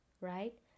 right